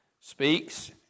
speaks